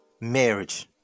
marriage